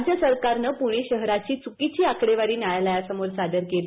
राज्य सरकारनं पुणे शहराची चुकीची आकडेवारी न्यायालयासमोर सादर केली